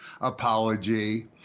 apology